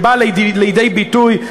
שבא לידי ביטוי,